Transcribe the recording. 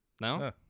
No